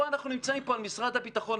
אנחנו נמצאים פה על משרד הביטחון,